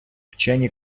вчені